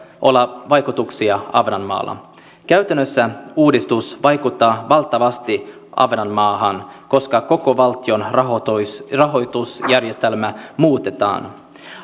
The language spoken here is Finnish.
olla vaikutuksia ahvenanmaalla käytännössä uudistus vaikuttaa valtavasti ahvenanmaahan koska koko valtion rahoitusjärjestelmää muutetaan